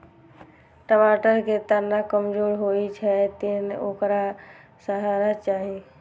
टमाटर के तना कमजोर होइ छै, तें ओकरा सहारा चाही